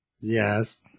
Yes